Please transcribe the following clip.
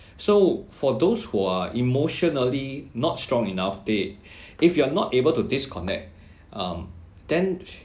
so for those who are emotionally not strong enough they if you are not able to disconnect um then